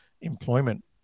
employment